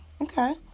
Okay